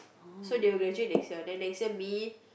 so they will graduate next year then next year me